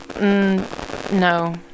No